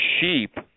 sheep